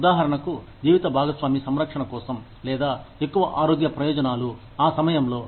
ఉదాహరణకు జీవిత భాగస్వామి సంరక్షణ కోసం లేదా ఎక్కువ ఆరోగ్య ప్రయోజనాలు ఆ సమయంలో